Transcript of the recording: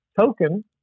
token